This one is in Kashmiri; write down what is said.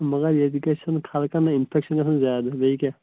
مگر ییٚتہِ گژھوٕ خلقَن نا اِنفیکشَن زیادٕ بیٚیہِ کیاہ